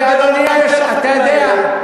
תמשיך להגן על, אתה יודע מה הבעיה?